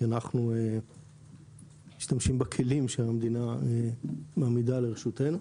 כי אנחנו משתמשים בכלים שהמדינה מעמידה לרשותנו.